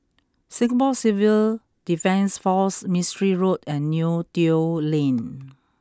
Singapore Civil Defence Force Mistri Road and Neo Tiew Lane